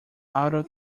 adult